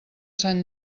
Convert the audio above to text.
sant